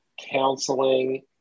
counseling